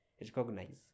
recognize